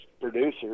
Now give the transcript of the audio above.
producers